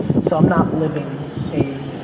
so i'm not living a,